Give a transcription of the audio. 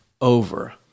over